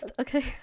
Okay